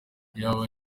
iyaba